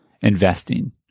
investing